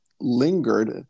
lingered